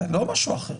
זה לא משהו אחר.